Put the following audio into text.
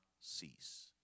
cease